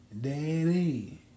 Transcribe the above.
Daddy